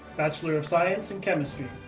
bachelor of science and chemistry.